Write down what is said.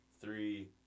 three